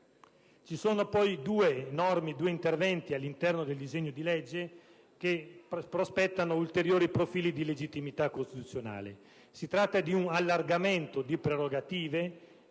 Ci sono poi due interventi all'interno del disegno di legge che prospettano ulteriori profili di illegittimità costituzionale. Si tratta di un allargamento di prerogative